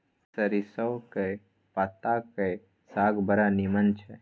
सरिसौंक पत्ताक साग बड़ नीमन छै